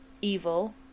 evil